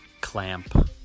clamp